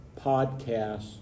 podcasts